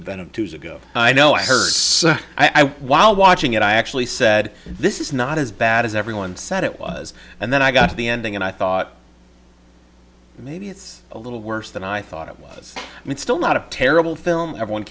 to go i know i heard i was while watching it i actually said this is not as bad as everyone said it was and then i got to the ending and i thought maybe it's a little worse than i thought it was and it's still not a terrible film everyone